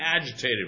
agitated